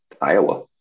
Iowa